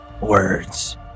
words